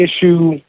issue